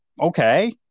Okay